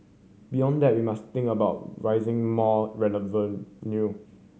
beyond that we must think about raising more